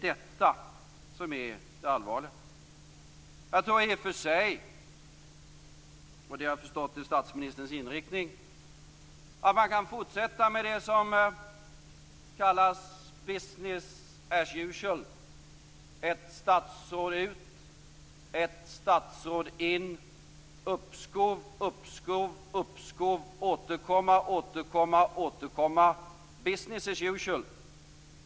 Det är det allvarliga. Jag tror i och för sig att man kan fortsätta på det sätt som kallas business as usual. Jag har förstått att det också är statsministerns inriktning. Ett statsråd ut, ett statsråd in. Uppskov, uppskov, uppskov. Återkomma, återkomma, återkomma. Business as usual.